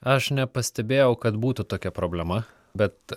aš nepastebėjau kad būtų tokia problema bet